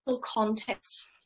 context